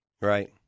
Right